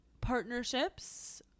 partnerships